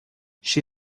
she